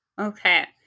Okay